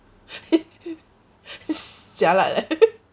jialat eh